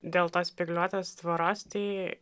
dėl tos spygliuotos tvoros tai